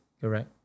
Correct